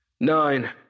Nine